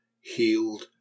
healed